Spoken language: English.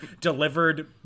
delivered